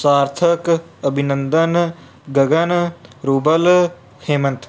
Sarthak Abhinandan Gagan Rubal Hemant